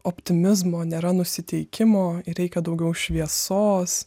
optimizmo nėra nusiteikimo ir reikia daugiau šviesos